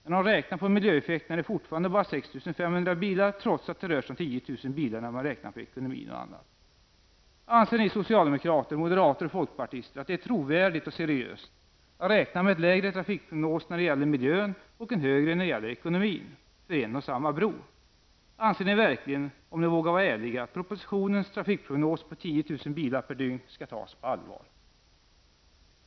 När man räknar på miljöeffekterna är det fortfarande bara 6 500 bilar, trots att det rör sig om 10 000 bilar när man räknar på ekonomin och annat. Anser ni socialdemokrater, moderater och folkpartister att det är trovärdigt och seriöst att räkna med en lägre trafikprognos när det gäller miljön och en högre när det gäller ekonomin -- för en och samma bro? Anser ni verkligen, om ni vågar vara ärliga, att propositionens trafikprognos på 10 000 bilar per dygn skall tas på allvar?